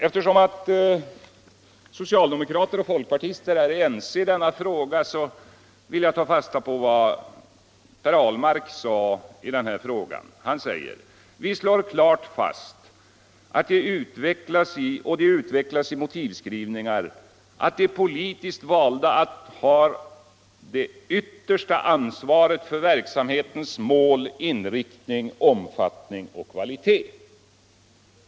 Eftersom socialdemokrater och folkpartister är ense om detta vill jag ta fasta på vad Per Ahlmark sade i denna fråga: Vi slår klart fast, och det utvecklas i motivskrivningar, att de politiskt valda har det yttersta ansvaret för verksamhetens mål, inriktning, omfattning och kvalitet.